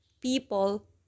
people